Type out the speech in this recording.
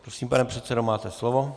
Prosím, pane předsedo, máte slovo.